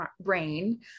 brain